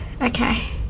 Okay